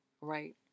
right